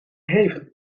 heeft